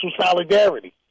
solidarity